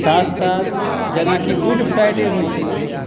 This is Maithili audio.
साथ साथ जेनाकि गुड फ्राइडे होइए